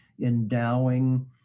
endowing